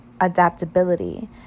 adaptability